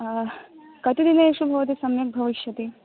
कति दिनेषु भवती सम्यक् भविष्यति